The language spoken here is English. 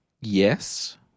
yes